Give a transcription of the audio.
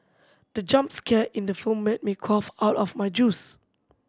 the jump scare in the film made me cough out of my juice